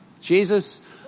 Jesus